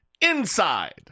...inside